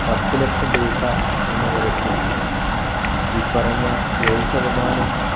പത്ത് ലക്ഷം രൂപ എന്ന നിരക്കിൽ ഈ പറഞ്ഞ ഏഴ് ശതമാനം